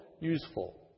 useful